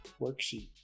worksheet